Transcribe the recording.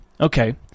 Okay